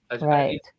Right